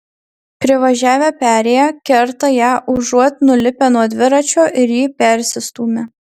privažiavę perėją kerta ją užuot nulipę nuo dviračio ir jį persistūmę